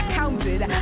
counted